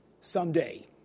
someday